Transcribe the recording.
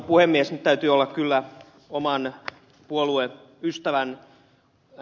nyt täytyy olla kyllä oman puolueystävän ed